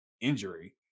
injury